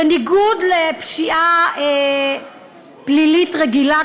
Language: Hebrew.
בניגוד לפשיעה פלילית רגילה,